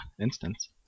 instance